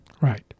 Right